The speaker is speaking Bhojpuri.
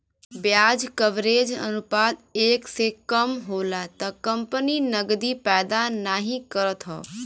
ब्याज कवरेज अनुपात एक से कम होला त कंपनी नकदी पैदा नाहीं करत हौ